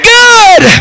good